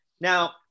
Now